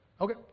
Okay